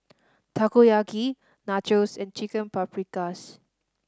Takoyaki Nachos and Chicken Paprikas